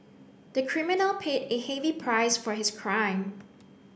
the criminal paid a heavy price for his crime